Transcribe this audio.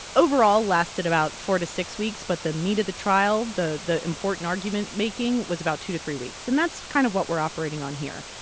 overall, lasted about four to six weeks. but the meat of the trial, the the important argument-making, was about two to three weeks. and that's kind of what we're operating on here.